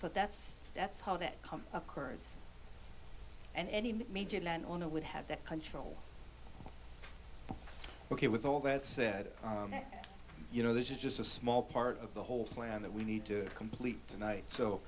so that's that's how that come occurs and any major land owner would have that control ok with all that said you know this is just a small part of the whole plan that we need to complete tonight so